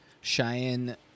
Cheyenne